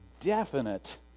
definite